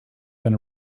been